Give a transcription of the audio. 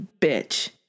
bitch